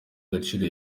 gaciro